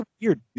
weird